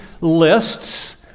lists